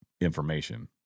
information